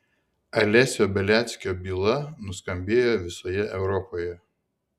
alesio beliackio byla nuskambėjo visoje europoje